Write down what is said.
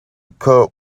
cup